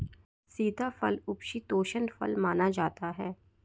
सीताफल उपशीतोष्ण फल माना जाता है